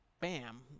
bam